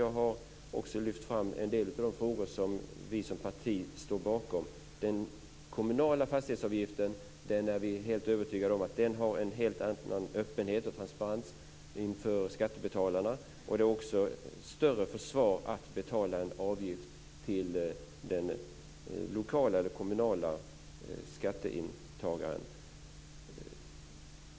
Därmed har jag lyft fram en del av de frågor som vi som parti står bakom. Vi är helt övertygade om att en kommunal fastighetsavgift har en helt annan öppenhet och transparens inför skattebetalarna. Det finns också större försvar för att betala en avgift till den lokala skatteintagaren.